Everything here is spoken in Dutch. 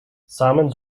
samen